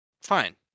fine